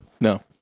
No